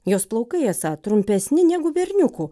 jos plaukai esą trumpesni negu berniukų